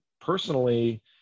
personally